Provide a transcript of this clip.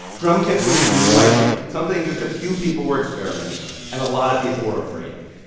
drum kits where this new idea, something just a few people were experimenting with and a lot of people were afraid of.